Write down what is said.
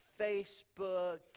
Facebook